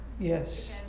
yes